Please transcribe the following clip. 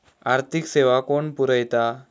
आर्थिक सेवा कोण पुरयता?